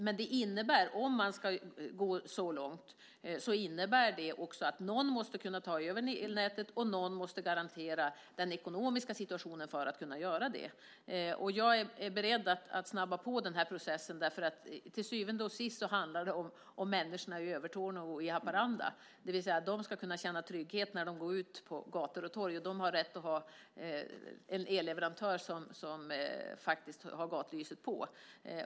Men ska man gå så långt innebär det också att någon måste kunna ta över elnätet, och någon måste garantera den ekonomiska situationen för att det ska gå att göra det. Jag är beredd att snabba på den här processen, för till syvende och sist handlar det om människorna i Övertorneå och Haparanda, det vill säga att de ska kunna känna trygghet när de går ut på gator och torg och att de har rätt att ha en elleverantör som faktiskt har gatljuset på.